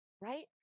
right